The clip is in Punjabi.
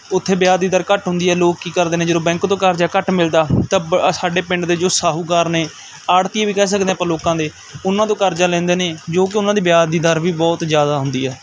ਉੱਥੇ ਵਿਆਜ ਦੀ ਦਰ ਘੱਟ ਹੁੰਦੀ ਹੈ ਲੋਕ ਕੀ ਕਰਦੇ ਨੇ ਜਦੋਂ ਬੈਂਕ ਤੋਂ ਕਰਜ਼ਾ ਘੱਟ ਮਿਲਦਾ ਤਾਂ ਬ ਆ ਸਾਡੇ ਪਿੰਡ ਦੇ ਜੋ ਸ਼ਾਹੂਕਾਰ ਨੇ ਆੜਤੀਏ ਵੀ ਕਹਿ ਸਕਦੇ ਹਾਂ ਆਪਾਂ ਲੋਕਾਂ ਦੇ ਉਹਨਾਂ ਤੋਂ ਕਰਜ਼ਾ ਲੈਂਦੇ ਨੇ ਜੋ ਕਿ ਉਹਨਾਂ ਦੀ ਵਿਆਜ ਦੀ ਦਰ ਵੀ ਬਹੁਤ ਜ਼ਿਆਦਾ ਹੁੰਦੀ ਹੈ